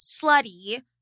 slutty